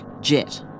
jet